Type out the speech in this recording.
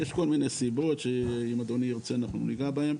יש כל מיני סיבות שאם אדוני ירצה אנחנו נגע בהם.